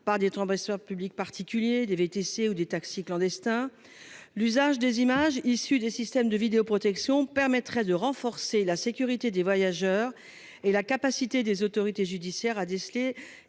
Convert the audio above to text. par des trains public particulier des VTC ou des taxis clandestins. L'usage des images issues des systèmes de vidéoprotection, permettrait de renforcer la sécurité des voyageurs et la capacité des autorités judiciaires à déceler